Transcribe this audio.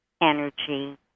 energy